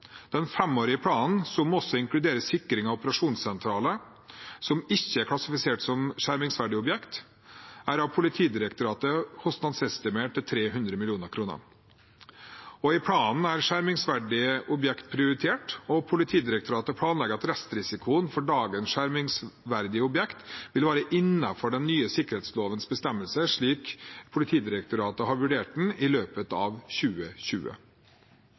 Den femårige planen som også inkluderer sikring av operasjonssentraler som ikke er klassifisert som skjermingsverdige objekter, er av Politidirektoratet kostnadsestimert til 300 mill. kr. I planen er skjermingsverdige objekt prioritert, og Politidirektoratet planlegger at restrisikoen for dagens skjermingsverdige objekt vil være innenfor den nye sikkerhetslovens bestemmelser, slik Politidirektoratet har vurdert den, i løpet av 2020.